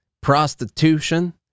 prostitution